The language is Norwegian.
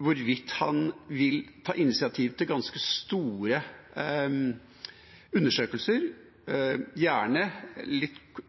hvorvidt han vil ta initiativ til ganske store undersøkelser – gjerne litt